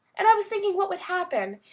and i was thinking what would happen,